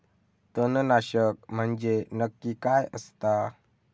तणनाशक म्हंजे नक्की काय असता?